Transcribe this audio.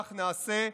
וכך נעשה.